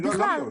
בכל הארץ.